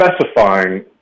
specifying